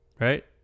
right